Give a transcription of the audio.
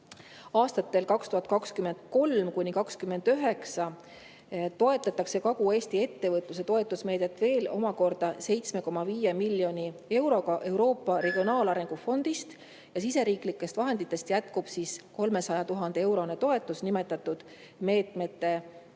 Aastatel 2023–2029 toetatakse Kagu-Eesti ettevõtluse [arengu] toetusmeedet veel omakorda 7,5 miljoni euroga Euroopa Regionaalarengu Fondist. Siseriiklikest vahenditest jätkub 300 000-eurone toetus nimetatud meetmete